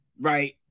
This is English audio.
right